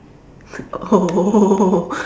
oh